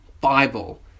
Bible